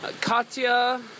katya